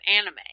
anime